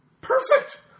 Perfect